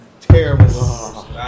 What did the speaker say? terrible